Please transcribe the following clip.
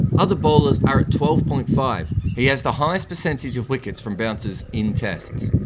other bowlers are at twelve point five. he has the highest percentage of wickets from bouncers in tests.